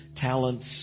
talents